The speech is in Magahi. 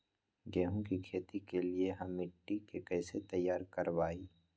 गेंहू की खेती के लिए हम मिट्टी के कैसे तैयार करवाई?